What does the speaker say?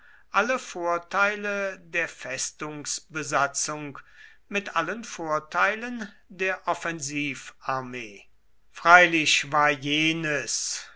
alle vorteile der festungsbesatzung mit allen vorteilen der offensivarmee freilich war jenes